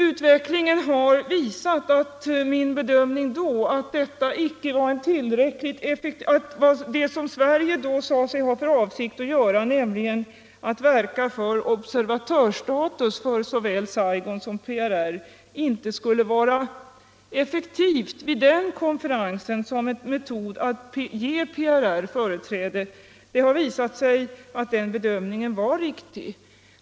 Utvecklingen har visat att min bedömning då var riktig, att vad Sverige då sade sig ha för avsikt att göra, nämligen att verka för observatörsstatus för såväl Saigon som PRR, inte skulle vara effektivt vid den konferensen som en metod att ge PRR företräde.